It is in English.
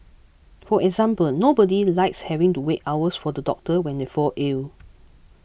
for example nobody likes having to wait hours for the doctor when they fall ill